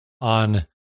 on